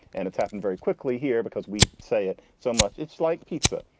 and it's happened very quickly here because we say it so much. it's like pizza.